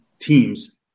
teams